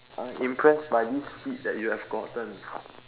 I'm impressed by this feat that you have gotten